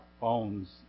phones